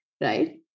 right